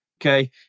okay